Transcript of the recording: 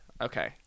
Okay